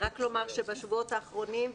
בשבועות האחרונים,